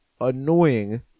annoying